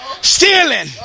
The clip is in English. stealing